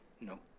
no